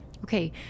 Okay